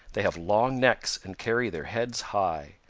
they have long necks and carry their heads high.